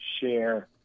share